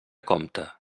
compte